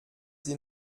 sie